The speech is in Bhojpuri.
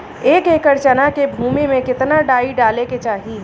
एक एकड़ चना के भूमि में कितना डाई डाले के चाही?